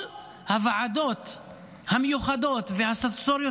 כל הוועדות המיוחדות והסטטוטוריות